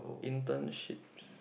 internship